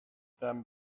them